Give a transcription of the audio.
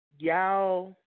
Y'all